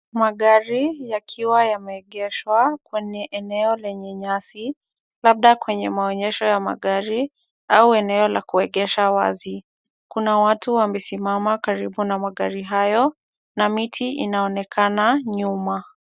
Magari yakiwa yameegeshwa kwenye eneo lenye nyasi labda kwenye maonyesho ya magari au eneo la kuegesha wazi. Kuna watu wamesimama karibu na magari hayo na miti inaonekana nyuma.